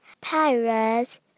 Pirates